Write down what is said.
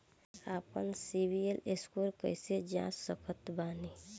आपन CIBIL score कैसे जांच सकत बानी?